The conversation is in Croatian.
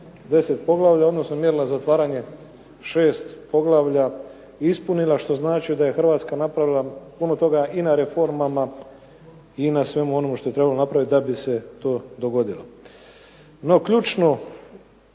10 poglavlja, odnosno mjerila za otvaranje 6 poglavlja ispunila. Što znači da je Hrvatska napravila puno toga i na reformama i na svemu onome što je trebalo napraviti da bi se to dogodilo. No, ključan